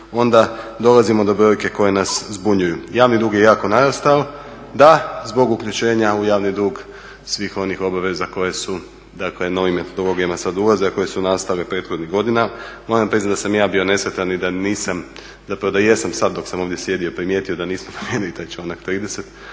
onda dolazimo do brojka koje nas zbunjuju. Javni dug je jako narastao, da zbog uključenja u javni dug svih onih obaveza koje su na ovim metodologijama sad ulaze, a koje su nastale prethodnih godina. Moram priznati da sam i ja bio nesretan i da nisam, zapravo da jesam sad dok sam ovdje sjedio primijetio da nismo promijenili taj članak 30.,